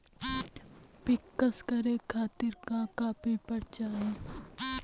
पिक्कस करे खातिर का का पेपर चाही?